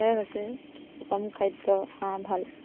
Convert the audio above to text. সেয়াই হৈছে সুষম খাদ্যৰ হাঁহ ভাল